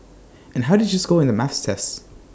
and how did you score in the maths sets